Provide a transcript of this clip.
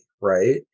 right